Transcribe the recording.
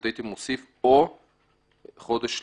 רק הייתי מוסיף את המילים "או חודש לפחות".